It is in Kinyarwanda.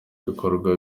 ibikorwa